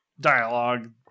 dialogue